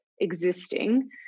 existing